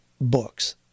books